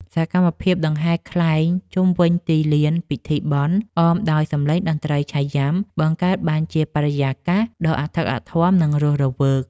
សកម្មភាពដង្ហែខ្លែងជុំវិញទីលានពិធីបុណ្យ អមដោយសម្លេងតន្ត្រីឆៃយាំ បង្កើតបានជាបរិយាកាសដ៏អធិកអធម និងរស់រវើក។